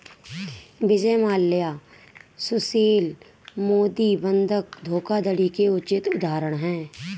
विजय माल्या सुशील मोदी बंधक धोखाधड़ी के उचित उदाहरण है